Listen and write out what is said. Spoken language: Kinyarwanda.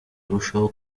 urushaho